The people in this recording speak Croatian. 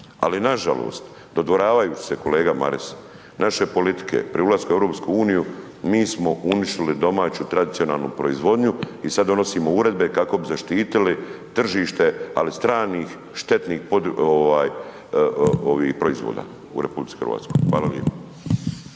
Ali nažalost, dodvoravaju se kolega Maras, naše politike pri ulasku u EU mi smo uništili domaću tradicionalnu proizvodnju i sada donosimo uredbe kako bi zaštitili tržište, ali stranih štetnih proizvoda u RH. Hvala lijepo.